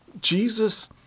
Jesus